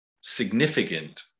significant